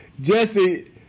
Jesse